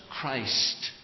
Christ